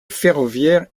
ferroviaire